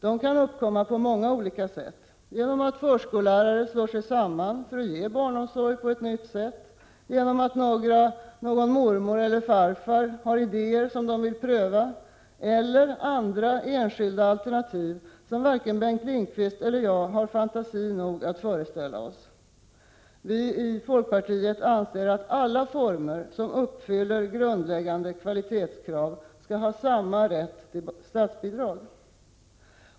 De kan uppkomma på många olika sätt, genom att förskollärare slår sig samman för att ge barnomsorg på ett nytt sätt, genom att någon mormor eller farfar har idéer som de vill pröva eller genom andra enskilda alternativ, som varken Bengt Lindqvist eller jag har fantasi nog att föreställa oss. Vi i folkpartiet anser att alla former som uppfyller grundläggande kvalitetskrav skall ha samma rätt till statsbidrag.